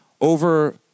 Over